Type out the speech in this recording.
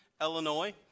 Illinois